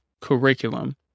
curriculum